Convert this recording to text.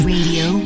Radio